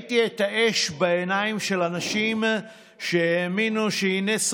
ראיתי את האש בעיניים של אנשים שהאמינו שהינה,